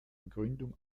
gründung